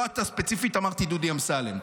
לא אתה ספציפית, אמרתי דודי אמסלם.